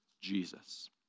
Jesus